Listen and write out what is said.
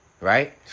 Right